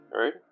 right